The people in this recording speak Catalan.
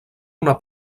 una